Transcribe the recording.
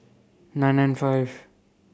nine nine five